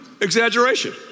exaggeration